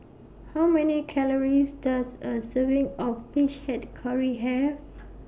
How Many Calories Does A Serving of Fish Head Curry Have